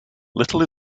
little